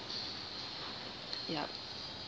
yup